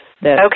Okay